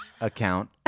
Account